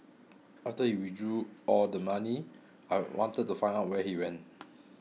after he withdrew all the money I wanted to find out where he went